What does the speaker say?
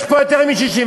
יש פה יותר מ-61,